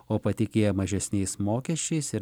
o patikėję mažesniais mokesčiais ir